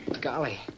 Golly